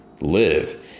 Live